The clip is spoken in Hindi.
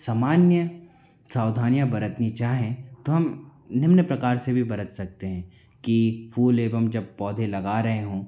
समान्य सावधानियाँ बरतनी चाहें तो हम निम्न प्रकार से भी बरत सकते हैं कि फूल एवम जब पौधे लगा रहे हों